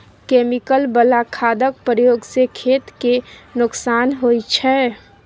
chemical बला खादक प्रयोग सँ खेत केँ नोकसान होइ छै